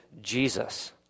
Jesus